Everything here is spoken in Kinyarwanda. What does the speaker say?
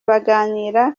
baganira